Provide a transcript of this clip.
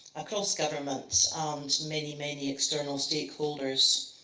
across government to many, many external stakeholders.